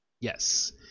Yes